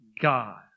God